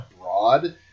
broad